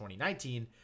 2019